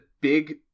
big